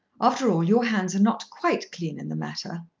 after all your hands are not quite clean in the matter.